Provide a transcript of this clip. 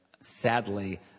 sadly